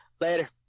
Later